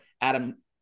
Adam